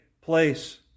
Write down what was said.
place